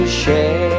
share